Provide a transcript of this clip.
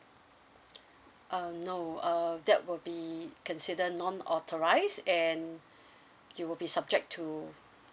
uh no err that will be consider non authorised and you will be subject to